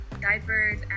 diapers